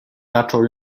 zaczął